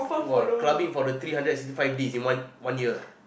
eh !wa! clubbing for the three hundred and sixty five days in one one year